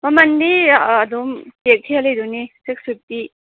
ꯃꯃꯜꯗꯤ ꯑꯗꯨꯝ ꯁꯤꯗ ꯊꯦꯠꯂꯤꯗꯨꯅꯤ ꯁꯤꯛꯁ ꯐꯤꯞꯇꯤ